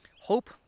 hope